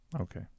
Okay